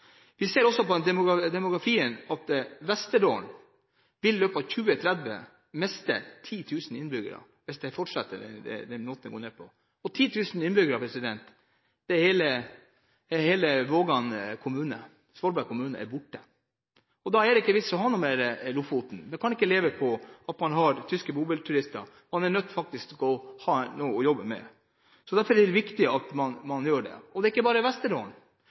Vi ser også av demografien at Vesterålen i løpet av 2030 vil miste 10 000 innbyggere hvis det fortsetter på samme måte som nå. 10 000 innbyggere tilsvarer at hele Vågan kommune og Svolvær vil være borte. Da er det ikke vits i å ha mer Lofoten. Man kan ikke leve på at man har tyske bobilturister, man er faktisk nødt til å ha noe å jobbe med. Derfor er det viktig at man gjør det. Og det er ikke bare Vesterålen: